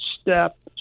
step